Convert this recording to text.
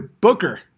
Booker